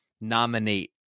nominate